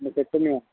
मातशें कमी आसा